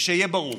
ושיהיה ברור,